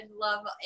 love